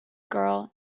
girl